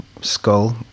skull